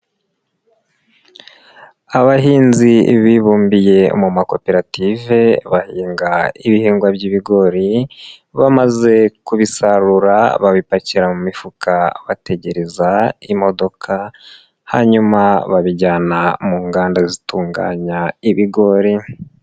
Abahinzi bibumbiye mu makoperative, bahinga ibihingwa by'ibigori, bamaze kubisarura, babipakira mu mifuka bategereza imodoka, hanyuma babijyana mu nganda zitunganya ibigori.